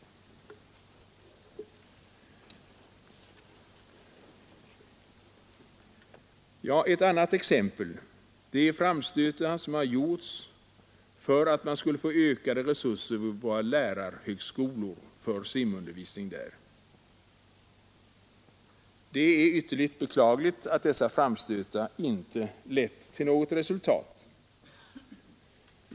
En annan framstöt här i riksdagen gjordes för att man skulle få ökade resurser till simundervisning vid våra lärarhögskolor. Det är ytterligt beklagligt att dessa framstötar inte lett till något resultat.